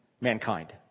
mankind